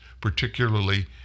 particularly